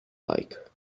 like